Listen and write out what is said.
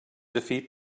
defeat